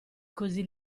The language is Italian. così